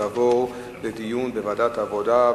יעבור לדיון בוועדת העבודה,